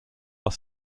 are